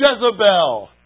Jezebel